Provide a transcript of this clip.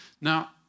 Now